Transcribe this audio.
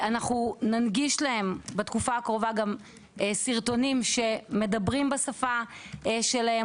אנחנו ננגיש להם בתקופה הקרובה גם סרטונים שמדברים בשפה שלהם,